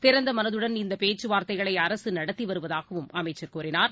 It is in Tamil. திறந்தமனதுடன் இந்தபேச்சுவார்தைகளைஅரசுநடத்திவருவதாகவும் அமைச்சர் கூறினார்